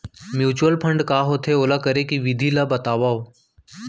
mutual fund का होथे, ओला करे के विधि ला बतावव